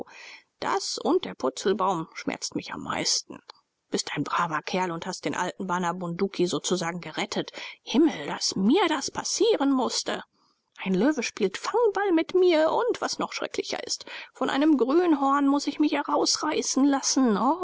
das und der purzelbaum schmerzt mich am meisten bist ein braver kerl und hast den alten bana bunduki sozusagen gerettet himmel daß mir das passieren mußte ein löwe spielt fangball mit mir und was noch schrecklicher ist von einem grünhorn muß ich mich herausreißen lassen